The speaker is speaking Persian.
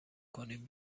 کنیم